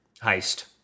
heist